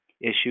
issue